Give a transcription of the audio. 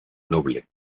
noble